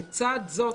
לצאת זאת,